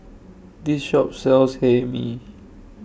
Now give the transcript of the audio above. This Shop sells Hae Mee